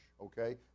okay